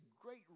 great